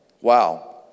Wow